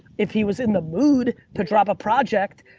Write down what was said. if he was in the mood to drop a project,